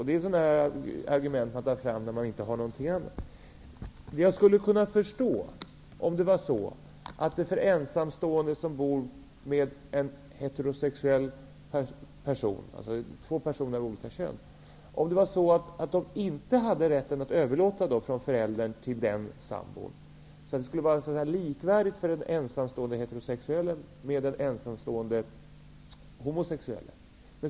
Det är ett argument som man tar fram när man inte har något annat. Jag skulle kunna förstå detta, om en heterosexuell ensamstående förälder inte hade möjlighet att överlåta rätten till ersättning till sambon, dvs. om villkoren var likvärdiga mellan den ensamstående heterosexuelle och den ensamstående homosexuelle.